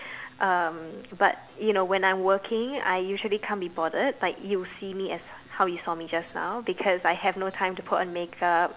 um but you know when I'm working I usually can't be bothered like you see me as how you saw me just now because I had no time to put on makeup